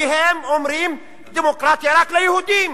כי הם אומרים: דמוקרטיה רק ליהודים,